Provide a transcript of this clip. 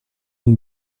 une